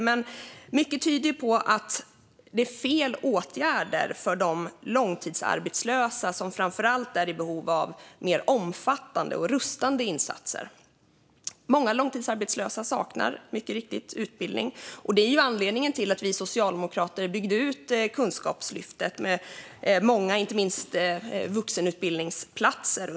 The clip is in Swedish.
Men mycket tyder på att det är fel åtgärd för de långtidsarbetslösa som framför allt är i behov av mer omfattande och rustande insatser. Många långtidsarbetslösa saknar utbildning. Det var anledningen till att vi socialdemokrater byggde ut Kunskapslyftet under vår tid i regering, inte minst med vuxenutbildningsplatser.